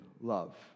love